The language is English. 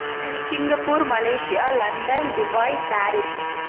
Singapore Malaysia London Dubai Paris